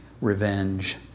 revenge